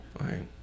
right